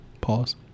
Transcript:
Pause